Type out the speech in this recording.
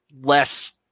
less